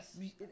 Yes